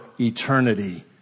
eternity